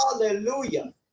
Hallelujah